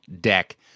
deck